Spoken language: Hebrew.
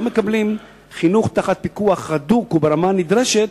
מקבלים חינוך תחת פיקוח הדוק וברמה הנדרשת,